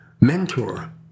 mentor